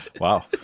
Wow